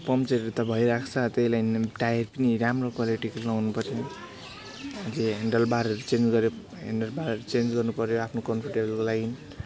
पङ्चरहरू त भइराख्छ त्यही लागि पनि टायर पनि राम्रो क्वालिटीको लाउनु पऱ्यो अझै हेन्डल बारहरू चेन्ज गऱ्यो हेन्डल बारहरू चेन्ज गर्नु पऱ्यो आफ्नो कम्फोर्टेबलको लागि